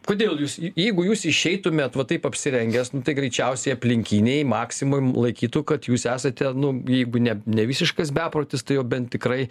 kodėl jūs jeigu jūs išeitumėt va taip apsirengęs tai greičiausiai aplinkiniai maksimoj laikytų kad jūs esate nu jeigu ne ne visiškas beprotis tai jau bent tikrai